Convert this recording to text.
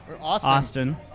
Austin